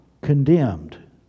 condemned